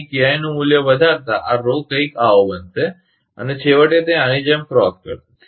અહીં KI નું મૂલ્ય વધારતા આ કંઈક આવો બનશે અને છેવટે તે આની જેમ ક્રોસ કરશે